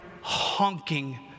honking